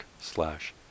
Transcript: slash